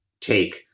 take